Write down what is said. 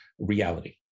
reality